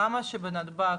למה שבנתב"ג,